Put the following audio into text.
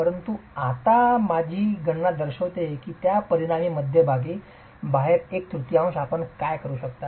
परंतु आता माझी गणना दर्शविते की परिणामी मध्यभागी बाहेर एक तृतीयांश आपण काय करू शकता